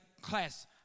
class